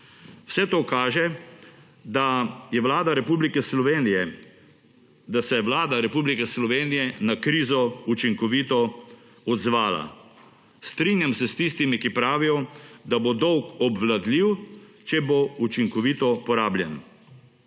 Vse to kaže, da se je Vlada Republike Slovenije na krizo učinkovito odzvala. Strinjam se s tistimi, ki pravijo, da bo dolg obvladljiv, če bo učinkovito porabljen.